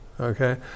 okay